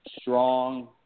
strong